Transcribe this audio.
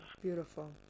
beautiful